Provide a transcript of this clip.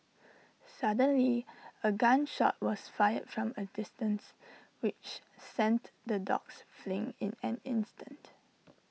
suddenly A gun shot was fired from A distance which sent the dogs fleeing in an instant